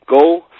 Go